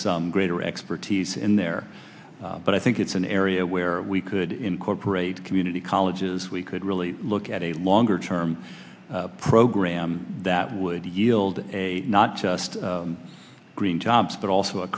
some greater expertise in there but i think it's an area where we could incorporate community colleges we could really look at a longer term program that would yield a not just green jobs but also a